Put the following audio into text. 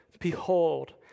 behold